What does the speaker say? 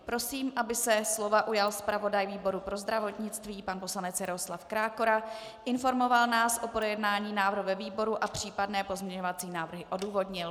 Prosím, aby se slova ujal zpravodaj výboru pro zdravotnictví pan poslanec Jaroslav Krákora, informoval nás o projednání návrhu ve výboru a případné pozměňovací návrhy odůvodnil.